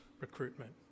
recruitment